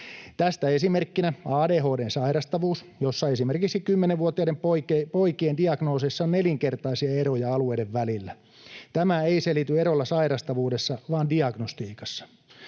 Tästä esimerkkinä ADHD:n sairastavuus, jossa esimerkiksi kymmenenvuotiaiden poikien diagnooseissa on nelinkertaisia eroja alueiden välillä. Tämä ei selity erolla sairastavuudessa vaan diagnostiikassa.